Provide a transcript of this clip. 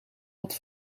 wat